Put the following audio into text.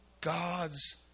God's